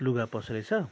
लुगा पसले छ